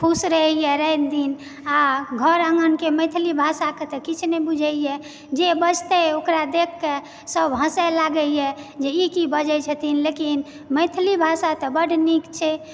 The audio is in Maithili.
खुश रहयए राति दिन आ घर आङ्गनके मैथिली भाषाके तऽ किछु नहि बुझयए जे बजतय ओकरा देखिके सभ हँसय लागइए जे ई की बजय छथिन लेकिन मैथिली भाषा तऽ बड्ड नीक छै